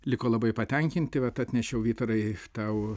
liko labai patenkinti vat atnešiau vytarai tau